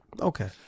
okay